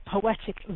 poetic